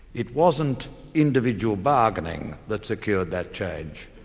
it wasn't individual bargaining that secured that change,